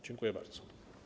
Dziękuję bardzo.